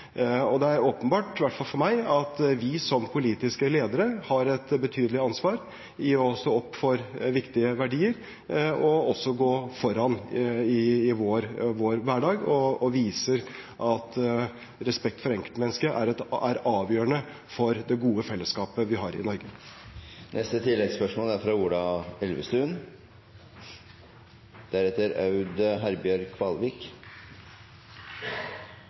og at vi også går foran i vår hverdag og viser at respekt for enkeltmennesket er avgjørende for det gode fellesskapet vi har i Norge. Ola Elvestuen